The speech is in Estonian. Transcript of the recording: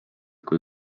kui